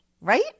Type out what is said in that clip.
right